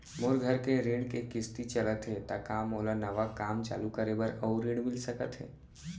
मोर घर के ऋण के किसती चलत हे ता का मोला नवा काम चालू करे बर अऊ ऋण मिलिस सकत हे?